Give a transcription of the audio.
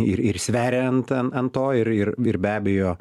ir ir sveriant an ant to ir ir ir be abejo